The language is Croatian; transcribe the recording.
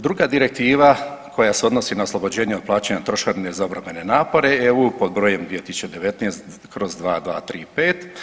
Druga direktiva koja se odnosi na oslobođenje od plaćanja trošarine za obrambene napore EU pod brojem 2019/2235.